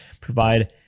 provide